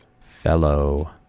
fellow